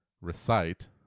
recite